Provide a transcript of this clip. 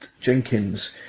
Jenkins